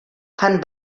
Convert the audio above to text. fan